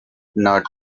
not